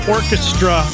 Orchestra